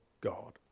God